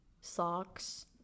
socks